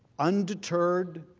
undeterred,